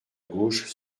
gauche